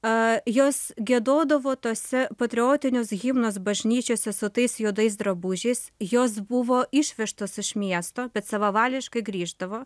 a jos giedodavo tose patriotinius himnus bažnyčiose su tais juodais drabužiais jos buvo išvežtos iš miesto bet savavališkai grįždavo